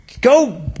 Go